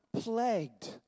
plagued